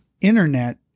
internet